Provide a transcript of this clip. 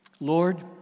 Lord